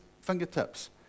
fingertips